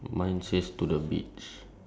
uh is it on top of the jeep that one